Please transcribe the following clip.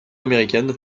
américaine